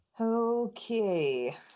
Okay